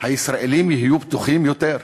הישראלים יהיו בטוחים יותר?